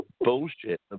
bullshit